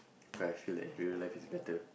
cause I feel that real life is better